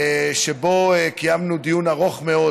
שבו קיימנו דיון ארוך מאוד